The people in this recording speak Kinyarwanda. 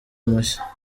mushya